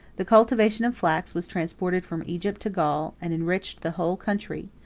the cultivation of flax was transported from egypt to gaul, and enriched the whole country,